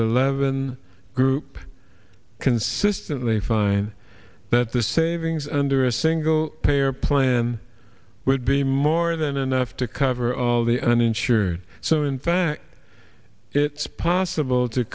the leaven group consistently find that the savings under a single payer plan would be more than enough to cover all the uninsured so in fact it's possible to